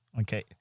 Okay